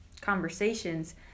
conversations